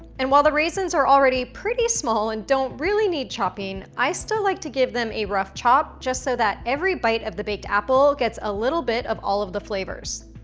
and while the reasons are already pretty small and don't really need chopping, i still like to give them a rough chop, just so that every bite of the baked apple gets a little bit of all of the flavors.